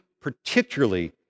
particularly